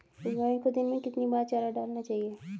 गाय को दिन में कितनी बार चारा डालना चाहिए?